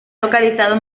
localizado